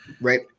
right